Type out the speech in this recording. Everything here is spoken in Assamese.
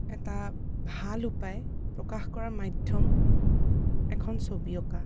এটা ভাল উপায় প্ৰকাশ কৰাৰ মাধ্য়ম এখন ছবি অঁকা